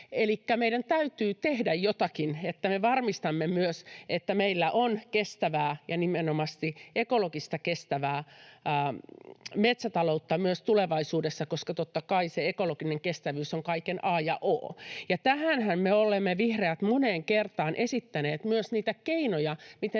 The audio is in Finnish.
Elikkä meidän täytyy tehdä jotakin, että me varmistamme, että meillä on kestävää ja nimenomaisesti ekologisesti kestävää metsätaloutta myös tulevaisuudessa, koska totta kai se ekologinen kestävyys on kaiken a ja o. Tähänhän me vihreät olemme moneen kertaan esittäneet myös niitä keinoja,